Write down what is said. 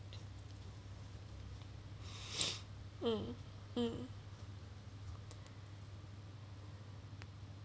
um um